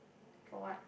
for what